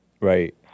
Right